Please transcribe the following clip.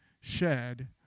shed